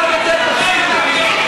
אנחנו כבר הזקנים.